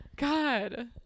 God